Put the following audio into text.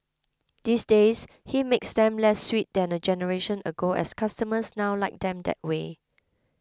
these days he makes them less sweet than a generation ago as customers now like them that way